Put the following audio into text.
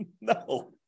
No